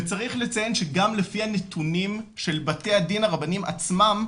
וצריך לציין שגם לפי הנתונים של בתי הדין הרבניים עצמם,